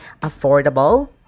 affordable